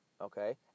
okay